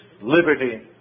liberty